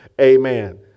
amen